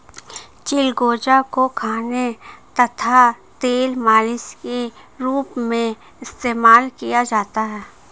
चिलगोजा को खाने तथा तेल मालिश के रूप में इस्तेमाल किया जाता है